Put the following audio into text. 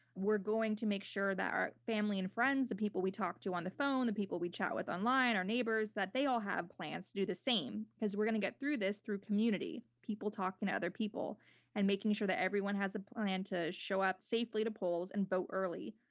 we're going to make sure that our family and friends, the people we talk to on the phone, the people we chat with online, our neighbors, that they all have plans to do the same, because we're going to get through this through community, people talking to other people and making sure that everyone has a plan to show up safely to polls and vote early.